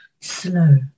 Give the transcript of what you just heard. slow